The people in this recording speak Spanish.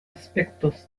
aspectos